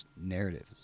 narratives